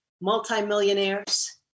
multimillionaires